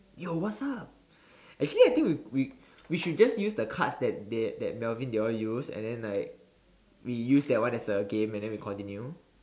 yo what's up actually I think we we we should just use the cards that they that Melvin they all use and then like we use that one as a game and then we continue